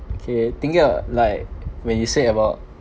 okay thinking uh like when you say about